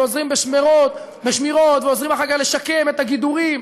עוזרים בשמירות ועוזרים אחר כך לשקם את הגידור.